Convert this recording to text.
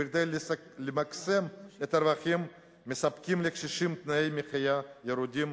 שכדי למקסם את הרווחים מספקים לקשישים תנאי מחיה ירודים,